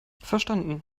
verstanden